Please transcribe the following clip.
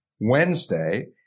Wednesday